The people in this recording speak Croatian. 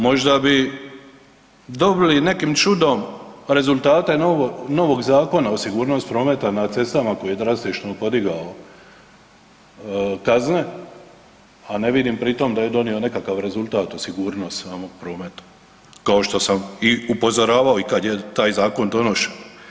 Možda bi dobili nekim čudom rezultate novog Zakona o sigurnosti prometa na cestama koji je drastično podigao kazne, a ne vidim pritom da je donio nekakav rezultat u sigurnosti samog prometa kao što sam upozoravao i kad je taj zakon donošen.